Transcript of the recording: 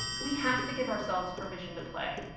we have to give ourselves permission to play.